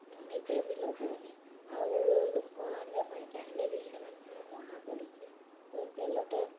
ମୁଁ ନିଜେ ବି ଲଗାଉନି ଆଉ ଲୋକ ଆଣିବା ପାଇଁ ଚାହିଁଲେ ବି ସେମାନଙ୍କୁ ମୁଁ ମନା କରୁଛି ତ ତେଲଟା